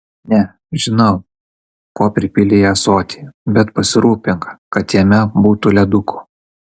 ne žinau ko pripylei į ąsotį bet pasirūpink kad jame būtų ledukų